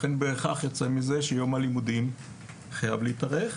לכן בהכרח יוצא מזה שיום הלימודים חייב להתארך.